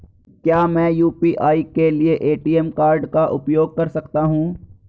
क्या मैं यू.पी.आई के लिए ए.टी.एम कार्ड का उपयोग कर सकता हूँ?